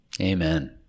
Amen